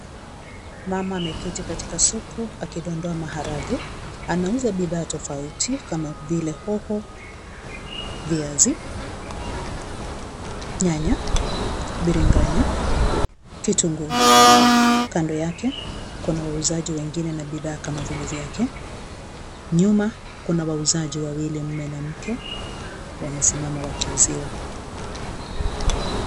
Mama ameketi katika soko akindondoa maharagwe. Anauza bidhaa tofauti kama vile hoho, viazi, nyanya, biriganya, kitunguu. Kando yake, kuna wauzaji wengine na bidhaa kama vile vyake. Nyuma kuna wauzaji wawili mume na mke waliosimama wakiuziwa.